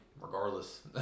regardless